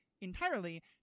entirely